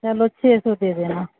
چلو چھ سو دے دینا